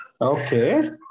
Okay